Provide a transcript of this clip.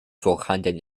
vorhanden